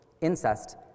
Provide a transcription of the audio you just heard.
incest